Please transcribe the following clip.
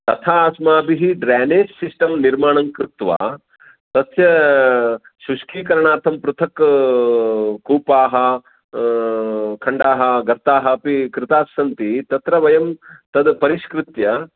तथा अस्माभिः ड्रेनेज् सिस्टं निर्माणं कृत्वा तस्य शुष्कीकरणार्थं पृथक् कूपाः खण्डाः गर्ताः अपि कृतास्सन्ति तत्र वयं तद् परिष्कृत्य